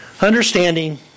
Understanding